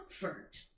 comfort